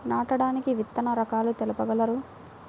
నాటడానికి విత్తన రకాలు తెలుపగలరు?